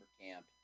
camp